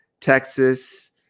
Texas